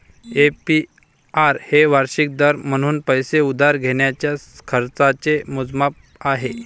APR हे वार्षिक दर म्हणून पैसे उधार घेण्याच्या खर्चाचे मोजमाप आहे